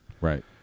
Right